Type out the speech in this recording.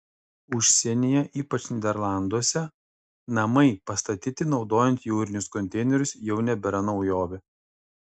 užsienyje ypač nyderlanduose namai pastatyti naudojant jūrinius konteinerius jau nebėra naujovė